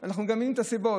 אנחנו גם מבינים את הסיבות: